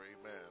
Amen